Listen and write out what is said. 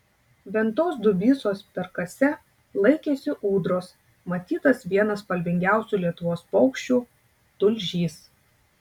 ventos dubysos perkase laikėsi ūdros matytas vienas spalvingiausių lietuvos paukščių tulžys